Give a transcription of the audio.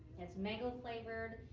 it's mango flavored,